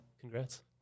congrats